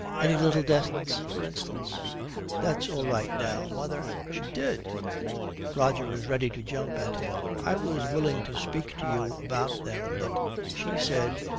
any little debts, for instance that's all right now. mother she did roger is ready to jump at him. i was willing to speak to you about them, but she said,